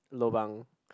lobang